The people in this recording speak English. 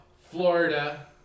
Florida